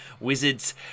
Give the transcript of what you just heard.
Wizards